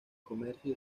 comercio